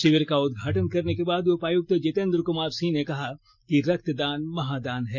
शिविर का उदघाटन करने के बाद उपायक्त जितेंद्र कमार सिंह ने कहा कि रक्तदान महादान है